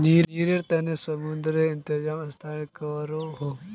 रिनेर तने सुदेर इंतज़ाम संस्थाए करोह